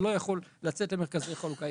שלא יכולים לצאת למרכזי החלוקה,